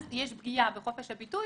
אז יש פגיעה בחופש הביטוי,